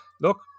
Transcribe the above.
Look